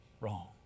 wrong